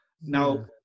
Now